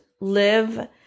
live